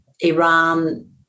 Iran